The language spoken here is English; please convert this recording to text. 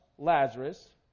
Lazarus